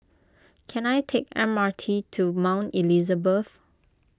can I take M R T to Mount Elizabeth